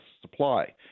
supply